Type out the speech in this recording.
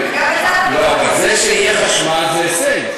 גם את זה, לא, אבל זה שיהיה חשמל זה הישג.